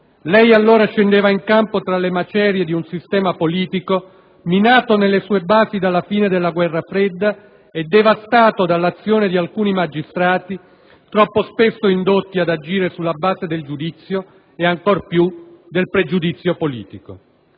Lei allora scendeva in campo tra le macerie di un sistema politico minato nelle sue basi dalla fine della Guerra fredda e devastato dall'azione di alcuni magistrati troppo spesso indotti ad agire sulla base del giudizio e, ancora più, del pregiudizio politico.